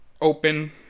open